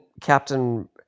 Captain